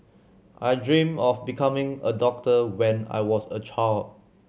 I dreamt of becoming a doctor when I was a child